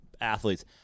athletes